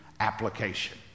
application